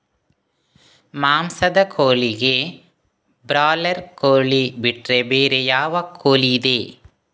ಮಾಂಸದ ಕೋಳಿಗೆ ಬ್ರಾಲರ್ ಕೋಳಿ ಬಿಟ್ರೆ ಬೇರೆ ಯಾವ ಕೋಳಿಯಿದೆ?